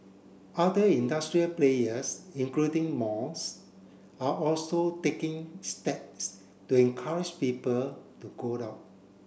other industrial players including malls are also taking steps to encourage people to go out